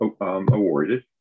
awarded